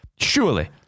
surely